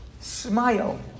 Smile